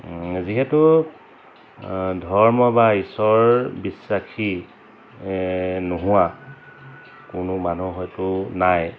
যিহেতু ধৰ্ম বা ঈশ্বৰ বিশ্বাসী নোহোৱা কোনো মানুহ হয়তো নাই